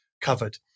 covered